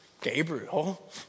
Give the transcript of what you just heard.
Gabriel